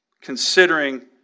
considering